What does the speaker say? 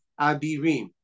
abirim